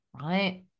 right